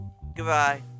Goodbye